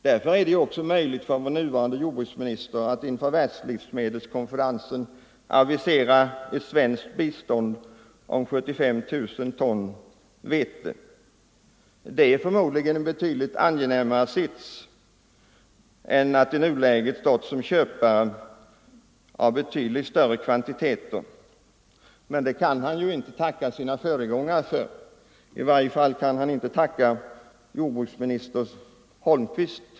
Därför är det också möjligt för vår nuvarande jordbruksminister att inför världslivsmedelskonferensen avisera svenskt bistånd på 75 000 ton vete. Det är förmodligen en betydligt angenämare sits än om han i nuläget skulle ha behövt stå som köpare av betydligt större kvantiteter. Men att situationen i dag är denna kan han inte tacka sin föregångare för, i varje fall inte förre jordbruksministern Holmqvist.